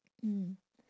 mm